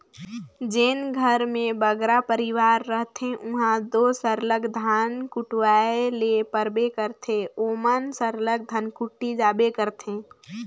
जेन घर में बगरा परिवार रहथें उहां दो सरलग धान कुटवाए ले परबे करथे ओमन सरलग धनकुट्टी जाबे करथे